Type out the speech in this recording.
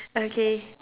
okay